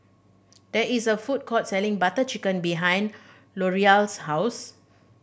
there is a food court selling Butter Chicken behind Lorelai's house